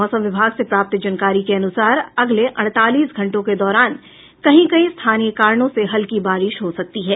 मौसम विभाग से प्राप्त जानकारी के अनुसार अगले अड़तालीस घंटों के दौरान कहीं कहीं स्थानीय कारणों से हल्की बारिश हो सकती है